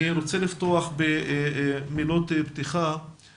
אני רוצה לפתוח במילות פתיחה